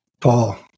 Paul